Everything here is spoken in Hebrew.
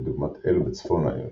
כדוגמת אלו בצפון העמק,